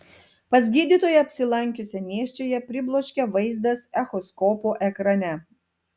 pas gydytoją apsilankiusią nėščiąją pribloškė vaizdas echoskopo ekrane